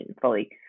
fully